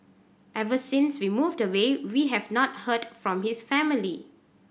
ever since we moved away we have not heard from his family